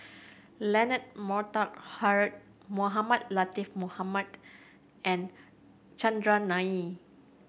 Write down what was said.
Leonard Montague Harrod Mohamed Latiff Mohamed and Chandran Nair